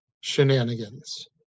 Shenanigans